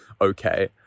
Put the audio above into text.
okay